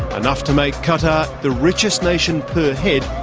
enough to make qatar the richest nation per head